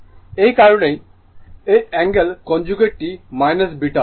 এই কারণেই এই অ্যাঙ্গেল কনজুগেটটি β